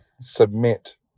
submit